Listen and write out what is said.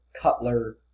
Cutler